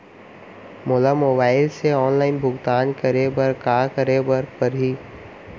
मोला मोबाइल से ऑनलाइन भुगतान करे बर का करे बर पड़ही?